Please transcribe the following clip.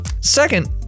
Second